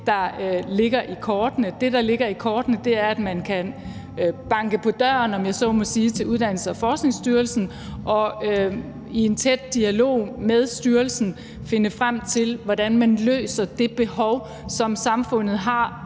der ligger i kortene. Det, der ligger i kortene, er, at man kan banke på døren, om jeg så må sige, til Uddannelses- og Forskningsstyrelsen og i en tæt dialog med styrelsen finde frem til, hvordan man løser det behov, som samfundet har